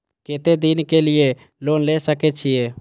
केते दिन के लिए लोन ले सके छिए?